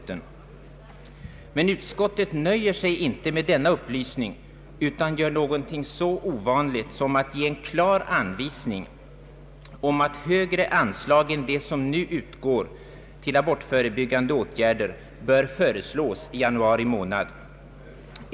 Allmänna beredningsutskottet nöjer sig emellertid inte med denna upplysning utan gör något så ovanligt som att lämna en klar anvisning om att högre anslag än det som nu utgår till abortförebyggande åtgärder bör föreslås i januari månad.